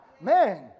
man